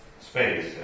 space